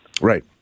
Right